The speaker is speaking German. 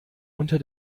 unter